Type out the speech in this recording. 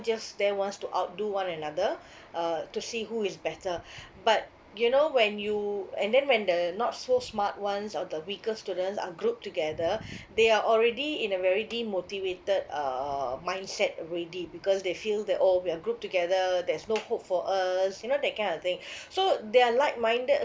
just then wants to outdo one another uh to see who is better but you know when you and then when the not so smart ones or the weaker students are grouped together they are already in a very demotivated uh mindset already because they feel that oh we're grouped together there's no hope for us you know that kind of thing so they are like minded